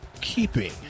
Keeping